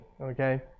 okay